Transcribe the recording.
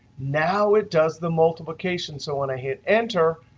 now it does the multiplication, so when i hit enter,